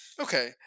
okay